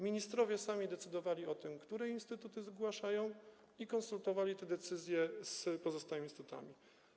Ministrowie sami decydowali o tym, które instytuty zgłaszają, i konsultowali te decyzje z pozostałymi instytutami.